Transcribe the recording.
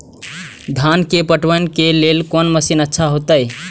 धान के पटवन के लेल कोन मशीन अच्छा होते?